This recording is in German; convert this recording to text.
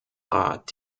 rat